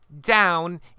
down